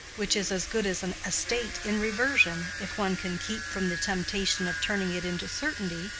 which is as good as an estate in reversion, if one can keep from the temptation of turning it into certainty,